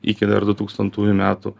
iki dar du tūkstantųjų metų